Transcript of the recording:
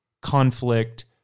conflict